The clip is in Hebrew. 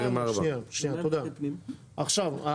עכשיו,